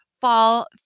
fall